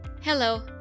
Hello